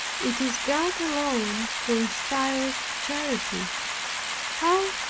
it is god alone who inspires charity how,